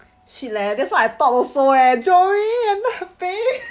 shit leh that's what I thought also eh joy and uh pain